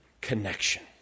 connection